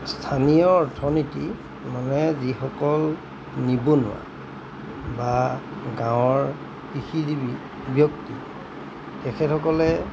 স্থানীয় অৰ্থনীতি মানে যিসকল নিবনুৱা বা গাঁৱৰ কৃষিজীৱী ব্যক্তি তেখেতসকলে